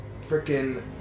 freaking